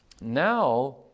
Now